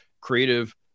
creative